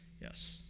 Yes